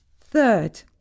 Third